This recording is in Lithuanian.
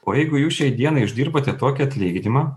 o jeigu jūs šiai dienai uždirbate tokį atlyginimą